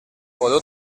podeu